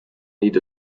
need